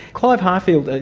clive harfield, ah